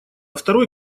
второй